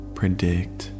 predict